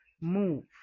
move